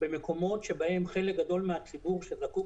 במקומות שבהם חלק גדול מהציבור שזקוק